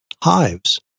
hives